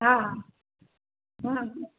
હા હા હમ હ